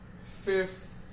fifth